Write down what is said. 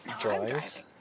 drawings